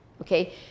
Okay